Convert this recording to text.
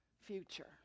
future